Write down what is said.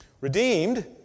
Redeemed